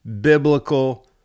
biblical